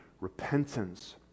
repentance